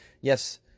Yes